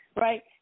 Right